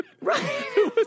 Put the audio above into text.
Right